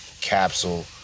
capsule